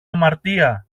αμαρτία